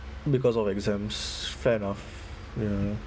because of exams fair enough ya